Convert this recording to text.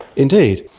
indeed.